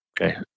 Okay